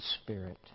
spirit